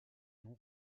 non